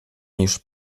niż